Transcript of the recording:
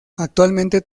actualmente